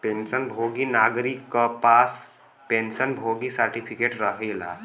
pension भोगी नागरिक क पास पेंशन भोगी सर्टिफिकेट रहेला